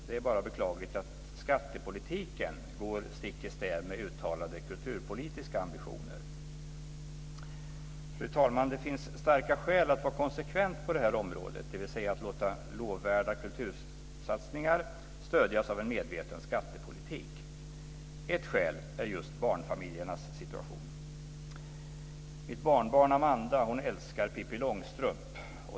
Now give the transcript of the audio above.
Det är bara beklagligt att skattepolitiken går stick i stäv med uttalade kulturpolitiska ambitioner. Fru talman! Det finns starka skäl att vara konsekvent på detta område, dvs. att låta lovvärda kultursatsningar stödjas av en medveten skattepolitik. Ett skäl är just barnfamiljernas situation. Mitt barnbarn Amanda älskar Pippi Långstrump.